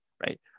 right